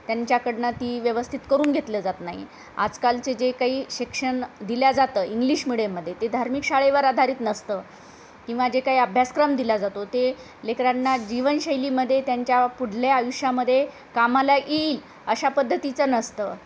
त्यांच्याकडनं ती व्यवस्थित करून घेतले जात नाही आजकालचे जे काही शिक्षण दिल्या जातं इंग्लिश मिडियममध्ये ते धार्मिक शाळेवर आधारित नसतं किंवा जे काही अभ्यासक्रम दिल्या जातो ते लेकरांना जीवनशैलीमध्ये त्यांच्या पुढल्या आयुष्यामध्ये कामाला येईल अशा पद्धतीचं नसतं